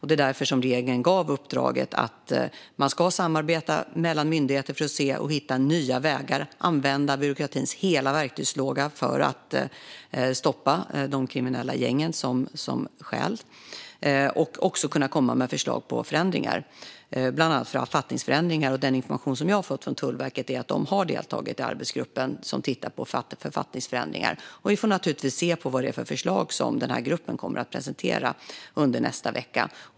Det är därför regeringen gav uppdraget att man ska samarbeta mellan myndigheter för att hitta nya vägar och använda byråkratins hela verktygslåda för att stoppa de kriminella gängen som stjäl. Man ska också kunna komma med förslag på förändringar, bland annat författningsförändringar. Den information som jag har fått från Tullverket är att de har deltagit i arbetsgruppen som tittar på författningsförändringar, och vi får naturligtvis se vad det är för förslag som den här gruppen kommer att presentera i nästa vecka.